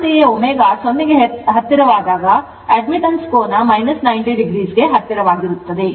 ಅಂತೆಯೇ ω 0 ಗೆ ಹತ್ತಿರವಾದಾಗ admittance ಕೋನ 90o ಗೆ ಹತ್ತಿರವಾಗಿರುತ್ತದೆ